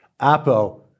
apo